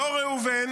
לא ראובן.